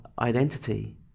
identity